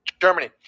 Germany